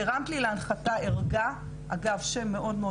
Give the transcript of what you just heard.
והרמת לי להנחתה ערגה, אגב שם מאוד מאוד